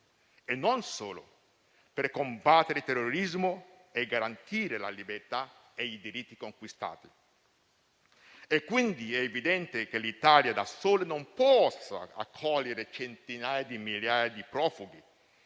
e non solo per combattere terrorismo e garantire la libertà e i diritti conquistati. È evidente che l'Italia da sola non possa accogliere centinaia di migliaia di profughi